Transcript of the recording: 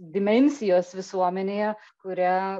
dimensijos visuomenėje kurią